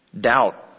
doubt